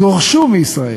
גורשו מישראל,